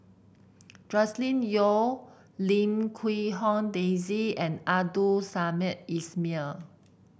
Joscelin Yeo Lim Quee Hong Daisy and Abdul Samad Ismail